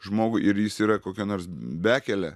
žmogui ir jis yra kokia nors bekele